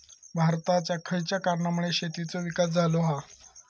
भारतात खयच्या कारणांमुळे शेतीचो विकास झालो हा?